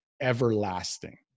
everlasting